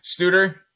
Studer